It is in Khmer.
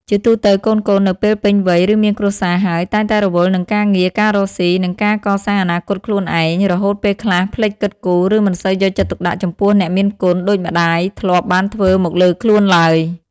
ជាទូទៅ កូនៗនៅពេលពេញវ័យ ឬមានគ្រួសារហើយ តែងតែរវល់នឹងការងារ ការរកស៊ី និងការកសាងអនាគតខ្លួនឯង រហូតពេលខ្លះភ្លេចគិតគូរ ឬមិនសូវយកចិត្តទុកដាក់ចំពោះអ្នកមានគុណដូចម្ដាយធ្លាប់បានធ្វើមកលើខ្លួនឡើយ។